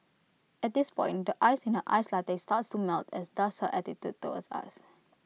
at this point the ice in her iced latte starts to melt as does her attitude towards us